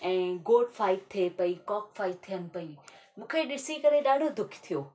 ऐं goat fight थिए पई कॅाक फाइट थियनि पयूं मूंखे ॾिसी करे ॾाढो दुख थियो